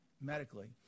medically